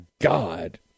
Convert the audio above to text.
God